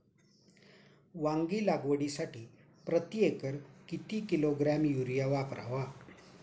वांगी लागवडीसाठी प्रती एकर किती किलोग्रॅम युरिया वापरावा?